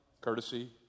courtesy